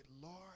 Lord